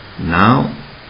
now